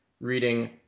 reading